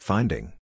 Finding